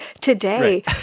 today